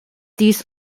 these